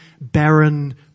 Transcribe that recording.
barren